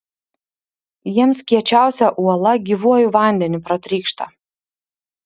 jiems kiečiausia uola gyvuoju vandeniu pratrykšta